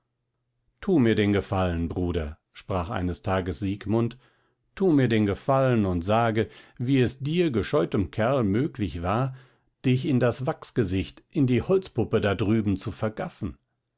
tu mir den gefallen bruder sprach eines tages siegmund tu mir den gefallen und sage wie es dir gescheuten kerl möglich war dich in das wachsgesicht in die holzpuppe da drüben zu vergaffen